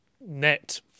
net